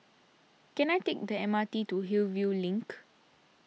can I take the M R T to Hillview Link